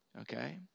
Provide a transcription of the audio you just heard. okay